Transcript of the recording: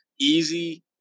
easy